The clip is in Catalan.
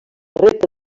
rep